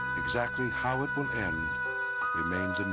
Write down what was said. exactly how it will end remains and